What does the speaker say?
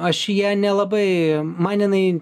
aš į ją nelabai man jinai